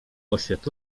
oświet